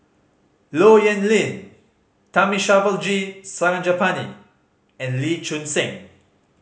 Low Yen Ling Thamizhavel G Sarangapani and Lee Choon Seng